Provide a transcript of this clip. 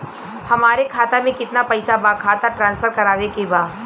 हमारे खाता में कितना पैसा बा खाता ट्रांसफर करावे के बा?